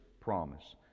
promise